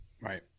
Right